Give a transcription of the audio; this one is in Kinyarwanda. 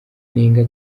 nenga